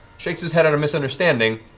shakes his head out of misunderstanding.